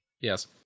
Yes